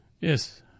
Yes